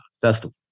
festival